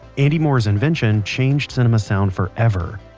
andy moorer's invention changed cinema sound forever.